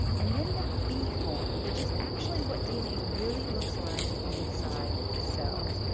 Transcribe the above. and then the b form, which is actually what dna really looks like inside cells.